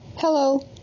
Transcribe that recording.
Hello